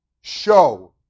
show